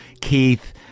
Keith